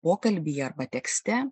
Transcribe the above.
pokalbyje arba tekste